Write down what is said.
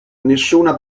nessuna